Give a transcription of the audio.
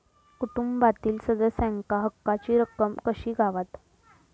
कुटुंबातील सदस्यांका हक्काची रक्कम कशी गावात?